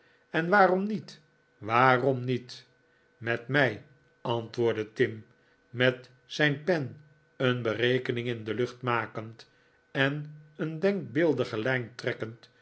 en waarom niet waarom niet met mei antwoordde tim met zijn pen een berekening in de lucht makend en een denkbeeldige lijn trekkend